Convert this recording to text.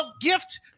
gift